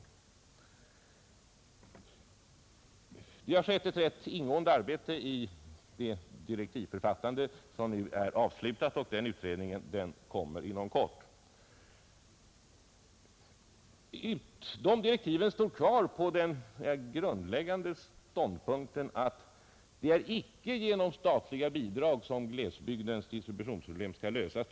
Det har gjorts ett rätt ingående arbete vid det direktivförfattande som nu är avslutat, och utredningen kommer inom kort att tillsättas. Direktiven står kvar på den grundläggande ståndpunkten att det icke är genom statliga bidrag som glesbygdens distributionsproblem skall lösas.